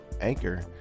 Anchor